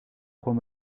trois